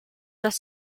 dass